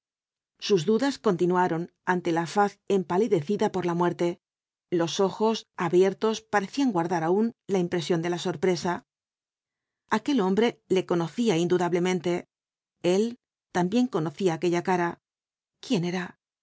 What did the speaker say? sus dudas continuaron ante la faz empalidecida por la muerte los ojos abiertos parecían guardar aún la impresión de la sorpresa aquel hombre le conocía indudablemente él también conocía aquella cara quién era